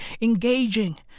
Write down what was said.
engaging